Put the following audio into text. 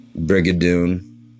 Brigadoon